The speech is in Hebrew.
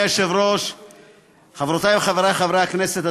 חברותי וחברי הכנסת,